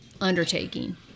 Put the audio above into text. undertaking